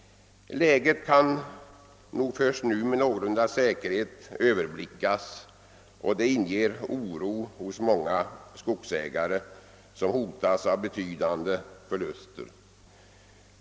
Läget kan nog först nu med någorlunda stor säkerhet överblickas, och det inger oro hos många skogsägare som hotas av betydande förluster.